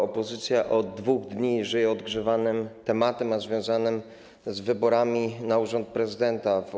Opozycja od 2 dni żyje odgrzewanym tematem związanym z wyborami na urząd prezydenta w